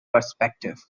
perspective